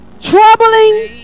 troubling